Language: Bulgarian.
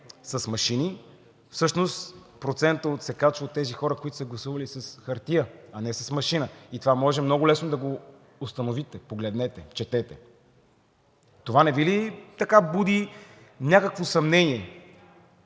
с машини, всъщност процентът се качва от тези хора, които са гласували с хартия, а не с машина, и това може много лесно да го установите – погледнете, четете. Това не Ви ли буди някакво съмнение,